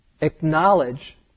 acknowledge